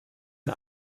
ein